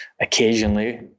occasionally